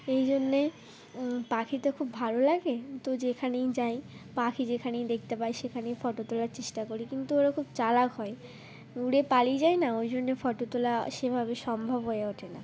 এই জন্যে পাখি তো খুব ভালো লাগে তো যেখানেই যাই পাখি যেখানেই দেখতে পাই সেখানেই ফটো তোলার চেষ্টা করি কিন্তু ওরা খুব চালাক হয় উড়ে পালিয়ে যায় না ওই জন্যে ফটো তোলা সেভাবে সম্ভব হয়ে ওঠে না